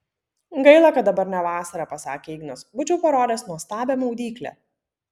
gaila kad dabar ne vasara pasakė ignas būčiau parodęs nuostabią maudyklę